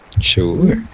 sure